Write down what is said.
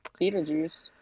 Beetlejuice